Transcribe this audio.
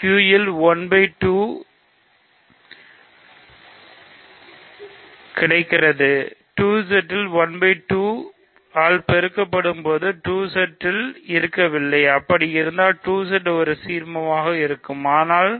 Q இல் 1 ஆல் 2 கிடைக்கிறது 2Z இல் 1 2 ஆல் பெருக்கப்படுவது 2Z இல் இருக்க வேண்டும் அப்படி இருந்தால் 2Z ஒரு சீர்மமாக இருக்கும் ஆனால்